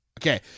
Okay